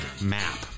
map